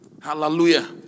Hallelujah